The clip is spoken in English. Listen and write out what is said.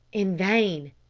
in vain.